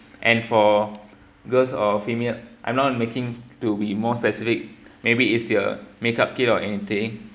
and for girls or female I'm not making to be more specific maybe it's your makeup kit or anything